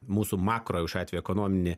mūsų makro šiuo atveju ekonominį